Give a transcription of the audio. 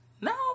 No